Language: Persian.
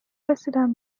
رسیدم